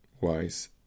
wise